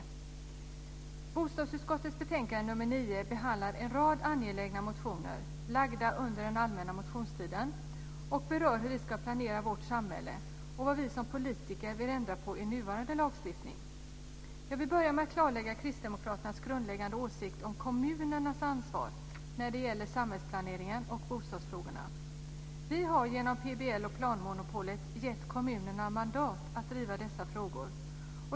I bostadsutskottets betänkande nr 9 behandlas en rad angelägna motioner framlagda under allmänna motionstiden som berör hur vi ska planera vårt samhälle och vad vi som politiker vill ändra på i nuvarande lagstiftning. Jag vill börja med att klarlägga Kristdemokraternas grundläggande åsikt om kommunernas ansvar när det gäller samhällsplaneringen och bostadsfrågorna. Vi har genom PBL och planmonopolet gett kommunerna mandat att driva dessa frågor.